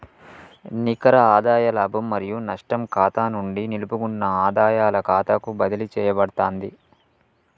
నికర ఆదాయ లాభం మరియు నష్టం ఖాతా నుండి నిలుపుకున్న ఆదాయాల ఖాతాకు బదిలీ చేయబడతాంది